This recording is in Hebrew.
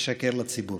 לשקר לציבור.